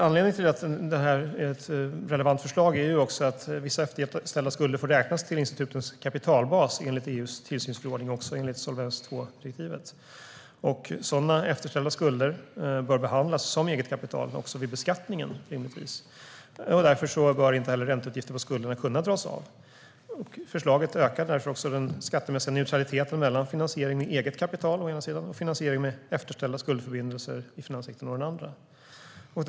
Anledningen till att detta är ett relevant förslag är att vissa efterställda skulder får räknas till institutens kapitalbas enligt EU:s tillsynsförordning och enligt solvens II-direktivet. Sådana efterställda skulder bör rimligtvis behandlas som eget kapital också vid beskattningen. Därför bör inte heller ränteutgifter på skulderna kunna dras av. Förslaget ökar därför också den skattemässiga neutraliteten mellan finansiering med eget kapital å ena sidan och finansiering med efterställda skuldförbindelser i finanssektorn å andra sidan.